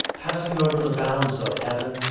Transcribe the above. passing over the bounds of heaven,